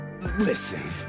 Listen